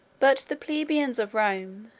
but the plebeians of rome,